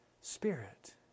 Spirit